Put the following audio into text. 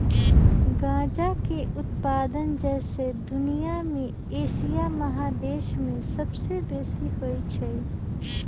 गजा के उत्पादन शौसे दुनिया में एशिया महादेश में सबसे बेशी होइ छइ